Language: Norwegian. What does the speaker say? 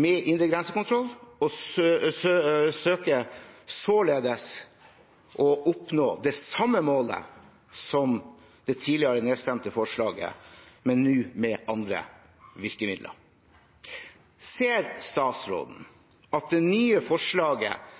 med indre grensekontroll og søker således å oppnå det samme målet som det tidligere nedstemte forslaget, men nå med andre virkemidler. Ser statsråden at det nye forslaget